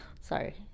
Sorry